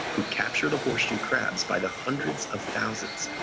who capture the horseshoe crabs by the hundreds of thousands,